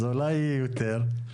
אז אולי היא יותר?